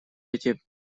эти